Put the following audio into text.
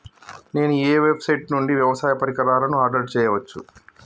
నేను ఏ వెబ్సైట్ నుండి వ్యవసాయ పరికరాలను ఆర్డర్ చేయవచ్చు?